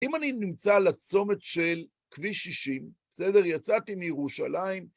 אם אני נמצא על הצומת של כביש 60, בסדר, יצאתי מירושלים,